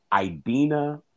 Idina